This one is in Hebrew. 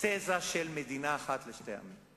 תזה של מדינה אחת לשני עמים,